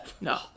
No